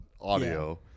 audio